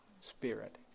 spirit